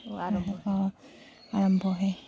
আৰম্ভহে